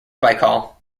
baikal